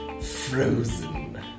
Frozen